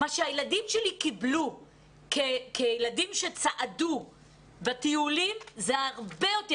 מה שהילדים שלי קיבלו כילדים שצעדו בטיולים זה הרבה יותר.